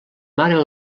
mare